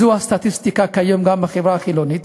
זו הסטטיסטיקה כיום גם בחברה החילונית,